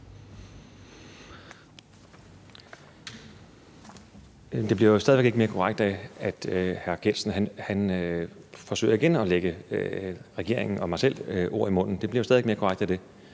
Det bliver jo stadig væk ikke mere korrekt af, at hr. Martin Geertsen igen forsøger at lægge regeringen og mig selv ord i munden; det bliver stadig ikke mere korrekt af det.